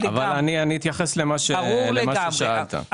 ברור לגמרי.